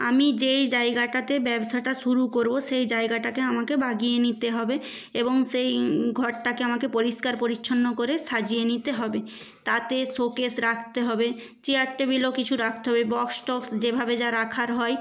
আমি যেই জায়গাটাতে ব্যবসাটা শুরু করব সেই জায়গাটাকে আমাকে বাগিয়ে নিতে হবে এবং সেই ঘরটাকে আমাকে পরিষ্কার পরিচ্ছন্ন করে সাজিয়ে নিতে হবে তাতে শোকেস রাখতে হবে চেয়ার টেবিলও কিছু রাখতে হবে বক্স টক্স যেভাবে যা রাখার হয়